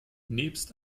nebst